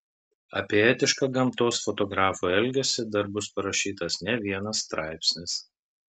apie etišką gamtos fotografo elgesį dar bus parašytas ne vienas straipsnis